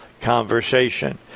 conversation